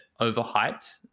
overhyped